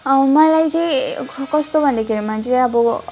मलाई चाहिँ ख कस्तो भन्दाखेरिमा चाहिँ अब